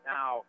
Now